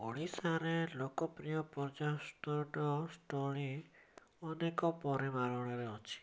ଓଡ଼ିଶାରେ ଲୋକପ୍ରିୟ ପର୍ଯ୍ୟଟନସ୍ଥଳୀ ଅନେକ ପରିମାଣରେ ଅଛି